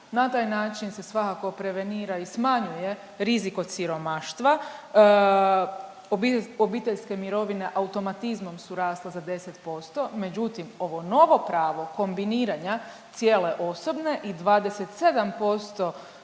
na taj način se svakako prevenira i smanjuje rizik od siromaštva. Obiteljske mirovine automatizmom su rasle za 10%, međutim ovo novo pravo kombiniranja cijele osobne i 27%